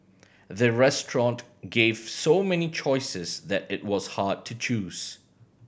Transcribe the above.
the restaurant gave so many choices that it was hard to choose